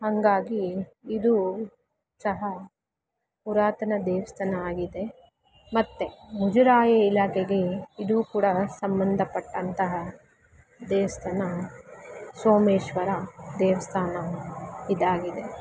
ಹಾಗಾಗಿ ಇದೂ ಸಹ ಪುರಾತನ ದೇವಸ್ಥಾನ ಆಗಿದೆ ಮತ್ತು ಮುಜರಾಯಿ ಇಲಾಖೆಗೆ ಇದೂ ಕೂಡ ಸಂಬಂಧಪಟ್ಟಂತಹ ದೇವಸ್ಥಾನ ಸೋಮೇಶ್ವರ ದೇವಸ್ಥಾನ ಇದಾಗಿದೆ